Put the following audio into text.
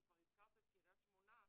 אם כבר הזכרת את קריית שמונה,